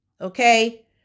Okay